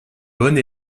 bonne